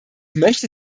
möchte